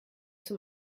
zum